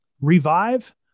revive